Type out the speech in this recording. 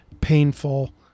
painful